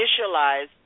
initialize